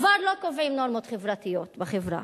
כבר לא קובעים נורמות חברתיות בחברה.